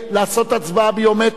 לעשות הצבעה ביומטרית,